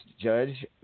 Judge